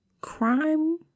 crime